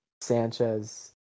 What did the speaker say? Sanchez